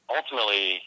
ultimately